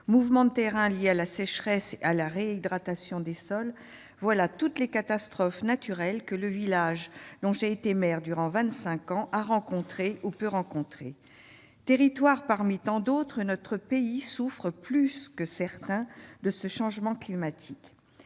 mouvements de terrain liés à la sécheresse et à la réhydratation des sols : voilà toutes les catastrophes naturelles que le village dont j'ai été maire durant vingt-cinq ans a connues ou pourrait connaître. Territoire parmi tant d'autres, notre pays souffre plus que certains de ce changement climatique.